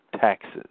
taxes